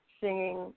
singing